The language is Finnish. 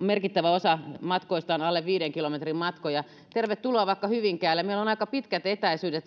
merkittävä osa matkoista on alle viiden kilometrin matkoja tervetuloa vaikka hyvinkäälle meillä on siellä aika pitkät etäisyydet